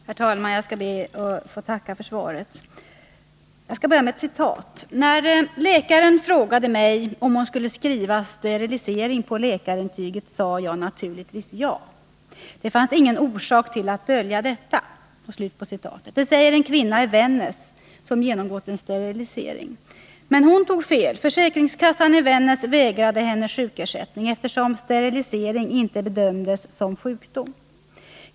Herr talman! Jag ber att få tacka socialministern för svaret. ”När läkaren frågade mej om hon skulle skriva sterilisering på läkarintyget, sade jag naturligtvis ja. Det fanns ingen orsak till att dölja detta.” Det säger en kvinna i Vännäs, som genomgått en sterilisering. Men hon tog fel. Försäkringskassan i Vännäs vägrade henne sjukersättning, eftersom sterilisering inte bedömdes som sjukdom.